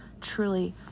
truly